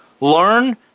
learn